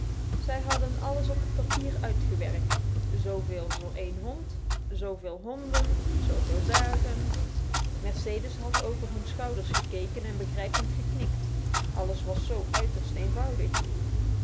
zij hadden alles op het papier uitgewerkt zoveel voor een hond zoveel honden zoveel dagen mercedes had over hun schouders gekeken en begrijpend geknikt alles was zo uiterst eenvoudig